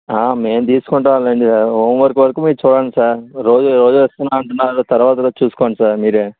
ఆ మేము తీసుకుంటాంలేండి హోమ్ వర్క్ వరకు మీరు చూడండి సార్ రోజు రోజు వస్తున్నదంటున్నారుగా తర్వాత రోజు చూసుకోండి సార్ మీరే